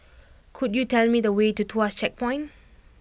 could you tell me the way to Tuas Checkpoint